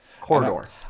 Corridor